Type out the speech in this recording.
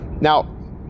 Now